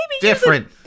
Different